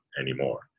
anymore